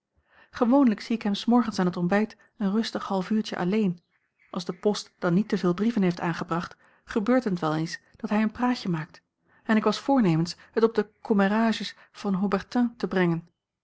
ik hem s morgens aan het ontbijt een rustig half uurtje alleen als de post dan niet te veel brieven heeft aangebracht gebeurt het wel eens dat hij een praatje maakt en ik was voornemens het op de commérages van haubertin te brengen